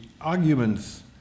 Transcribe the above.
arguments